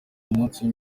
umunsi